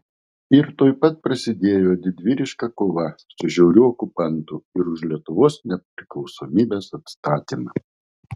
ir tuoj pat prasidėjo didvyriška kova su žiauriu okupantu ir už lietuvos nepriklausomybės atstatymą